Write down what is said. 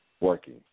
working